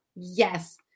Yes